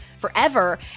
forever